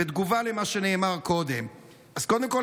בתגובה למה שנאמר קודם: אז קודם כול,